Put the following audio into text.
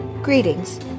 Greetings